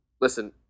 listen